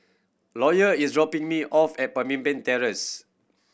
Lawyer is dropping me off at Pemimpin Terrace